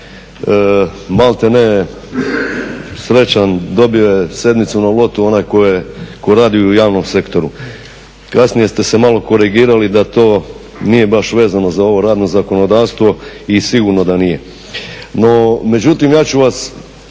maltene srećom dobio je sedmicu na lotu onaj tko radi u javnom sektoru. Kasnije ste se malo korigirali da to nije baš vezano za ovo radno zakonodavstvo i sigurno da nije. No međutim, ja ću vas